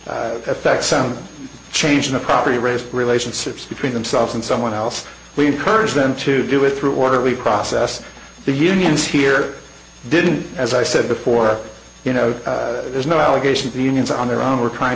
know affect sound change in a property race relationships between themselves and someone else we encourage them to do it through orderly process the unions here didn't as i said before you know there's no allegation of unions on their own we're trying